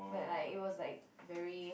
but like it was like very